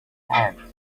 hand